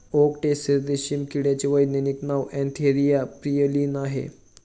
okay टेसर रेशीम किड्याचे वैज्ञानिक नाव अँथेरिया प्रियलीन आहे